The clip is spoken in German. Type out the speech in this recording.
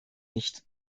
nicht